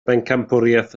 bencampwriaeth